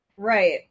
Right